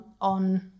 on